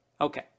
Okay